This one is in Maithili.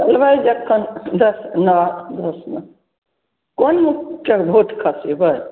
चलबै जखन मे कोन बुथमे भोट खसेबै